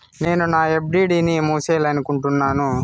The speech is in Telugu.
నేను నా ఎఫ్.డి ని మూసేయాలనుకుంటున్నాను